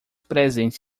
presentes